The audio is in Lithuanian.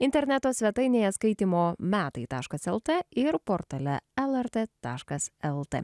interneto svetainėje skaitymo metai taškas lt ir portale lrt taškas lt